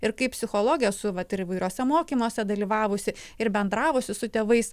ir kaip psichologė esu vat ir įvairiuose mokymuose dalyvavusi ir bendravusi su tėvais